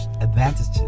advantages